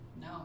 No